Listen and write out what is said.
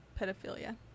pedophilia